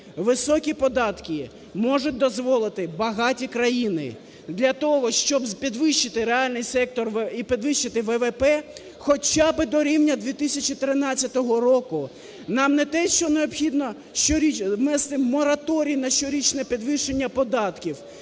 Високі податки можуть дозволити багаті країни. Для того, щоб підвищити реально сектор і підвищити ВВП хоча би до рівня 2013 року, нам не те, що необхідно ввести мораторій на щорічне підвищення податків,